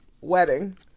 Wedding